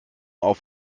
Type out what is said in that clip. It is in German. auf